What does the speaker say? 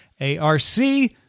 A-R-C